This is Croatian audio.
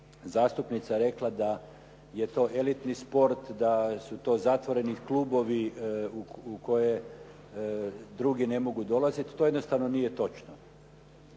zastupnica rekla da je to elitni sport, da su to zatvoreni klubovi u koje drugi ne mogu dolaziti, to jednostavno nije točno.